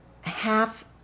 half